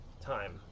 time